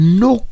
no